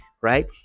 right